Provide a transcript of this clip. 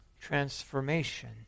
transformation